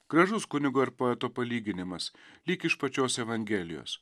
gražus kunigo ir poeto palyginimas lyg iš pačios evangelijos